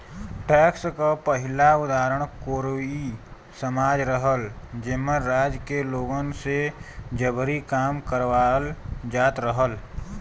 tax क पहिला उदाहरण कोरवी समाज रहल जेमन राज्य के लोगन से जबरी काम करावल जात रहल